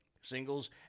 singles